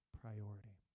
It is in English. priority